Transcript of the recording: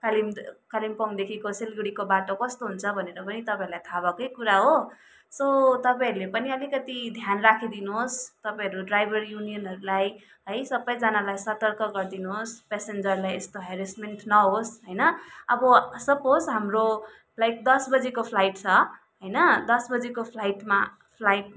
कालेम् कालिम्पोङदेखिको सिलगढीको बाटो कस्तो हुन्छ भनेर पनि तपाईँहरूलाई थाहा भएकै कुरा हो सो तपाईँहरूले पनि अलिकति ध्यान राखिदिनुहोस् तपाईँहरू ड्राइभर युनियनहरूलाई है सबैजनालाई सतर्क गरिदिनुहोस् पेसेन्जरलाई यस्तो हेरेसमेन्ट नहोस् होइन अब सपोज हाम्रो लाइक दस बजेको फ्लाइट छ होइन दस बजेको फ्लाइटमा फ्लाइट